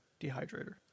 dehydrator